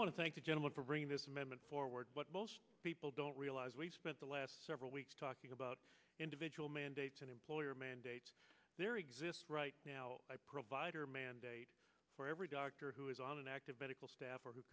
want to thank you gentlemen for bringing this amendment forward but people don't realize we've spent the last several weeks talking about individual mandates an employer mandate there exists right now provider mandate for every doctor who is on an active medical staff or who